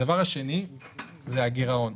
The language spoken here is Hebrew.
הדבר השני זה הגירעון.